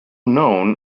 known